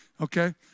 Okay